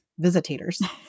visitators